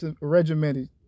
regimented